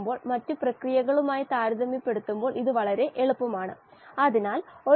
ഈ സമവാക്യത്തെ 2 എന്നു വിളിക്കാം m സമതുലിത സ്ഥിരാങ്കം ആണ്